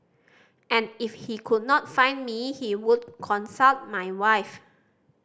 and if he could not find me he would consult my wife